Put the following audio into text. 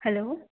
hello